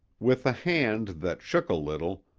with a hand that shook a little,